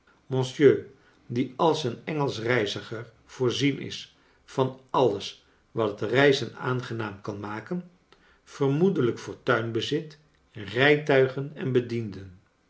monsieur die ais een engelsch reiziger voorzien is van alles wat het reizen aangenaarn kan maken vermoedelijk fortuin bezit rijtuigen en bedieuden